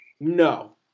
No